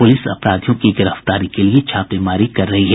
प्रलिस अपराधियों की गिरफ्तारी के लिए छापेमारी कर रही है